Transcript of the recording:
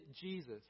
Jesus